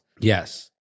Yes